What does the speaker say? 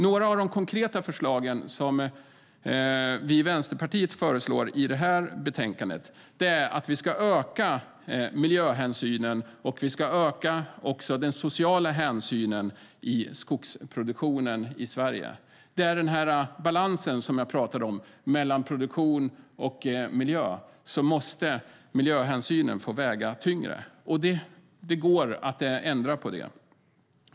Några av de konkreta förslag vi i Vänsterpartiet har i betänkandet är att vi ska öka miljöhänsynen och även öka den sociala hänsynen i skogsproduktionen i Sverige. Det gäller den balans mellan produktion och miljö jag talade om. Miljöhänsynen måste få väga tyngre, och det går att ändra på det.